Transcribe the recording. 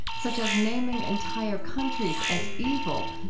such as naming entire countries as evil,